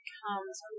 comes